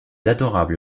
adorable